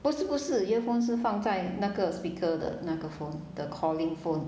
不是不是 earphone 是放在那个 speaker 的那个 phone the calling phone